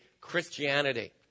Christianity